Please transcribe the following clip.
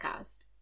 Podcast